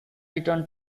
returned